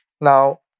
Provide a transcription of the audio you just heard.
Now